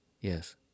Yes